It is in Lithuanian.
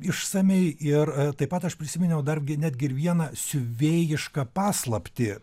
išsamiai ir taip pat aš prisiminiau dar netgi ir vieną siuvėjišką paslaptį